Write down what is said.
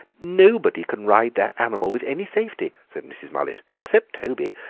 nobody can ride that animal with any safety, said mrs. mullet, except toby,